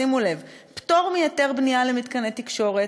שימו לב: פטור מהיתר בנייה למתקני תקשורת,